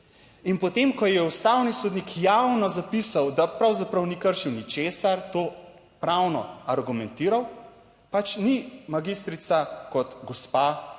In potem, ko ji je ustavni sodnik javno zapisal, da pravzaprav ni kršil ničesar, to pravno argumentiral, pač ni magistrica kot gospa,